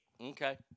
Okay